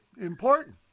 Important